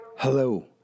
Hello